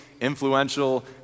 influential